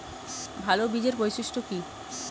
ভাল বীজের বৈশিষ্ট্য কী?